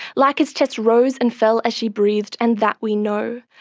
laika's chest rose and fell as she breathed, and that we know.